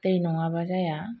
दै नङाब्ला जाया